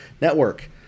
network